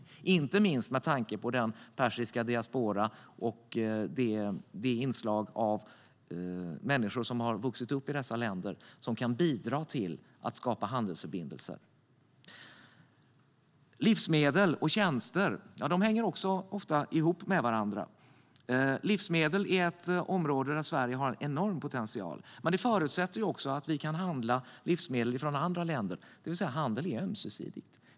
Det är inte minst med tanke på den persiska diasporan och det inslag som finns av människor som har vuxit upp i dessa länder som kan bidra till att skapa handelsförbindelser. Livsmedel och tjänster hänger ofta ihop med varandra. Livsmedel är ett område där Sverige har en enorm potential. Men det förutsätter också att vi kan handla livsmedel från andra länder. Handel är ömsesidig.